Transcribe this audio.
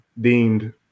deemed